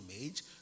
image